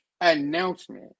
announcement